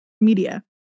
media